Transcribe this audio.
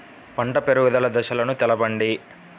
పంట పెరుగుదల దశలను తెలపండి?